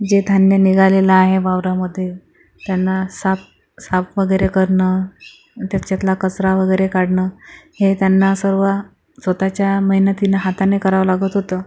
जे धान्य निघालेलं आहे वावरामध्ये त्यांना साफ वगैरे करणं त्याच्यातला कचरा वगैरे काढणं हे त्यांना सर्व स्वतःच्या मेहनतीनं हाताने करावं लागत होतं